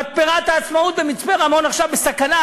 מתפרת "העצמאות" במצפה-רמון עכשיו בסכנה,